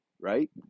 right